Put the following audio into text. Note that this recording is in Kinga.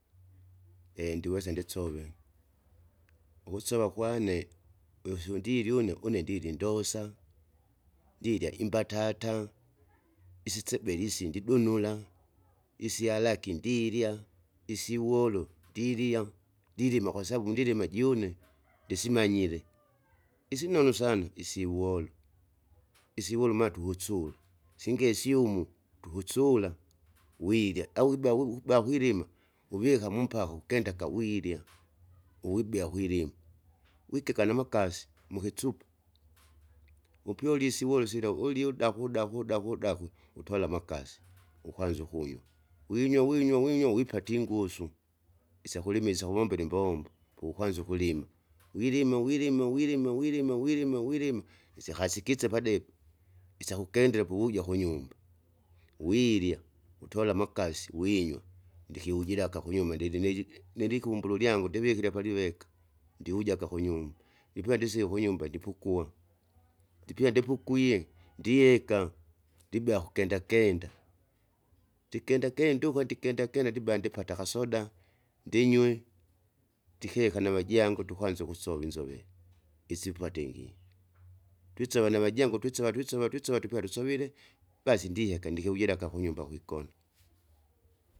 ndiwesa ndisove, ukusova kwane, uswundilili une, une ndili indosa, ndirya imbatata, isisebele isindi ndidunula, isyalaki ndirya, isyuwolo ndiliya, ndilima kwasababu ndilima june, ndisimanyire, isinonu sana, isiwolo, isiwolo maa tukusula, singesi umu, tukusula, wirya aua wiba wiuba kwilima, uvika mumpaka uundeka wiraya. Uwibea kwilima, wikeka namakasi, mukisupa, mupyolie isiwolo sila ulye udakwe udakwe udakwe udakwe, utola amakasi, ukanza ukunywa, winywa winywa winywa wipate ingusu, isyakulimila isyakuvombela imbombo pukuwanza ukulima, wilime wilime wilime wilime wiilima wilima, isyakasikise padebe, isyakukendela pouvuja kunyumba, wirya wutola amakasi, winywa. Ndikiujilaka kunyuma ndiliniji nilikumbulu lyangu ndivikile paliveka, ndiujaga kunyumba, ipyandisie kunyumba ndipukuwa, ndipya ndipukuiye, ndieka, ndibea kukenda kenda, ndikenda kenda ukwa ndikenda kenda ndibaa ndipata akasoda, ndinywe, ndikeka navajangu ndukwanza ukusove inzuvere, isipwatingi, twisova navajangu twisova twisova twisova tupya tusovile. Basi ndiheka ndikivujira akakunyumba kwigona.